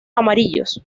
amarillos